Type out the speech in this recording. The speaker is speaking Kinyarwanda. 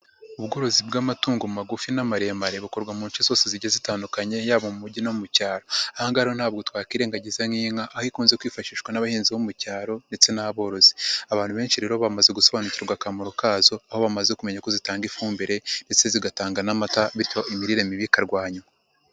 Ubworozi bw'amatungo magufi n'amaremare bukorwa mu nshe zose zigiye zitandukanye yaba mu mujyi no mu cyaro, aha ngaha ntabwo twakwirengagiza nk'inka aho ikunze kwifashishwa n'abahinzi bo mu cyaro ndetse n'aborozi; abantu benshi rero bamaze gusobanukirwa akamaro kazo aho bamaze kumenya ko zitanga ifumbire ndetse zigatanga n'amata bityo imirire mibi ikarwanywa.